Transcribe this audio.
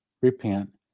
repent